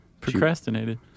Procrastinated